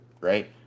right